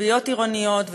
כלביות עירוניות,